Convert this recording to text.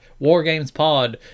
WarGamesPod